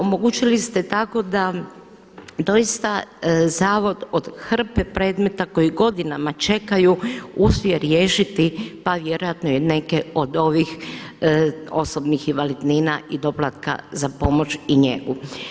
Omogućili ste tako da doista zavod od hrpe predmeta koji godinama čekaju uspije riješiti pa vjerojatno i neke od ovih osobnih invalidnina i doplatka za pomoć i njegu.